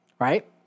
Right